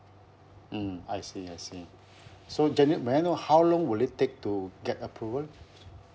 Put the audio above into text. mm I see I see so janet may I know how long will it take to get approval